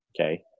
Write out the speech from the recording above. Okay